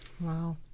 Wow